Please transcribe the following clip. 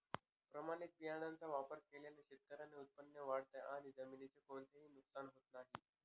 प्रमाणित बियाण्यांचा वापर केल्याने शेतकऱ्याचे उत्पादन वाढते आणि जमिनीचे कोणतेही नुकसान होत नाही